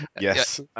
Yes